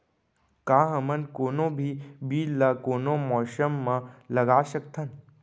का हमन कोनो भी बीज ला कोनो मौसम म लगा सकथन?